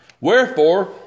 Wherefore